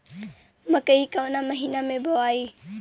मकई कवना महीना मे बोआइ?